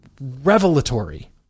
revelatory